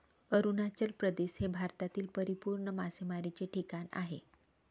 अरुणाचल प्रदेश हे भारतातील परिपूर्ण मासेमारीचे ठिकाण आहे